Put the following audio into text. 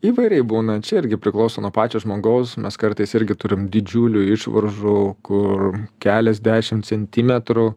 įvairiai būna čia irgi priklauso nuo pačio žmogaus mes kartais irgi turim didžiulių išvaržų kur keliasdešim centimetrų